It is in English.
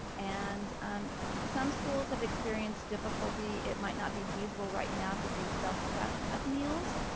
and um some schools have experienced difficulty. it might not be feasible right now to do self-prep of meals.